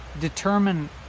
determine